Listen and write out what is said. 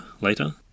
later